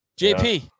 JP